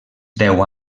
deu